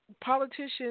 politicians